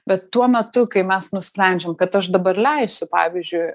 bet tuo metu kai mes nusprendžiam kad aš dabar leisiu pavyzdžiui